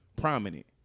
prominent